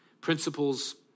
principles